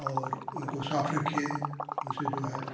और उनको साफ रखिए उनसे जो है